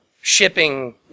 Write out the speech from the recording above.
shipping